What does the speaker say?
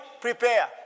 prepare